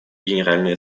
генеральной